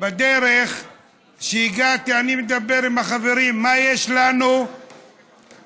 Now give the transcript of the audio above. בדרך שהגעתי אני מדבר עם החברים: